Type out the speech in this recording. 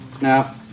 Now